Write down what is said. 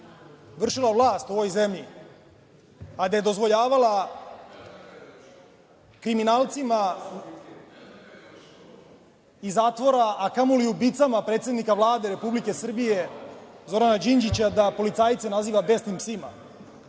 vršila vlast u ovoj zemlji, a da je dozvoljavala kriminalcima iz zatvora, a kamoli ubicama predsednika Vlade Republike Srbije Zorana Đinđića da policajce naziva „besnim psima“.